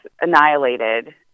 annihilated